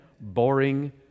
boring